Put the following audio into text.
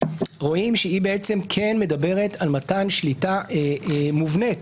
רואים שהיא מדברת על מתן שליטה מובנית,